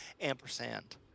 ampersand